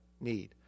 need